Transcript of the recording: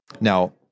Now